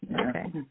Okay